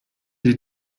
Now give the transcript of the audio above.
die